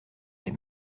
les